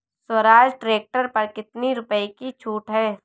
Swaraj tractor पर कितनी रुपये की छूट है?